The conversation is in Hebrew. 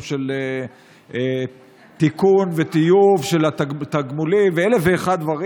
של תיקון וטיוב של התגמולים ואלף ואחד דברים.